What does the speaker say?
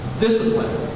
discipline